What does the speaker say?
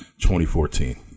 2014